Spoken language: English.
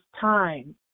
time